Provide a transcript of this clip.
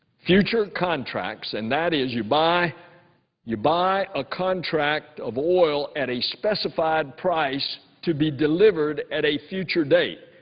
future contracts and that is you buy you buy a contract of oil at a specified price to be delivered at a future date.